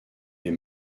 les